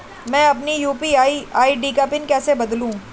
मैं अपनी UPI ID का पिन कैसे बदलूं?